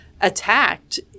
attacked